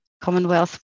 commonwealth